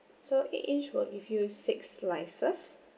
so eight inch will give you six slices